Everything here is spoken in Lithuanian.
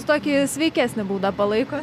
tokį sveikesnį būdą palaiko